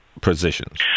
positions